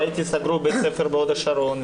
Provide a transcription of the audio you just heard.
סגרו בית ספר בהוד השרון.